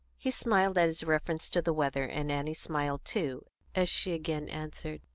he smiled at his reference to the weather, and annie smiled too as she again answered,